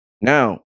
Now